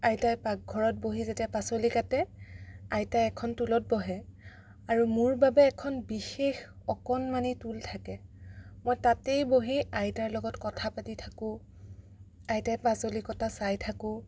আইতাই পাকঘৰত বহি যেতিয়া পাচলি কাটে আইতাই এখন টুলত বহে আৰু মোৰ বাবে এখন বিশেষ অকণমানি টুল থাকে মই তাতেই বহি আইতাৰ লগত কথা পাতি থাকোঁ আইতাই পাচলি কটা চাই থাকোঁ